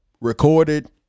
recorded